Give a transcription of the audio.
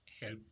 help